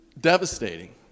devastating